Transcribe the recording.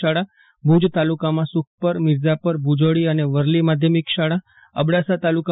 શાળા ભુજ તાલુકામાં સુખપર મીરઝાપર ભુજોડી અને વરલી માધ્યમિક શાળા અબડાસા તા